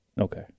Okay